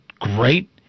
great